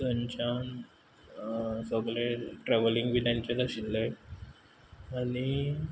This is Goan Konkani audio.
थंयच्यान सगलें ट्रॅवलींग बी तेंचेत आशिल्लें आनी